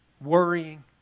worrying